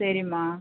சரிமா